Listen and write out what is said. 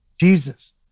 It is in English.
Jesus